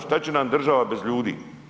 Šta će nam država bez ljudi?